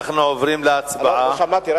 לא שמעתי.